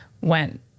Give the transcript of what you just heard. went